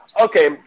Okay